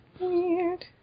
Weird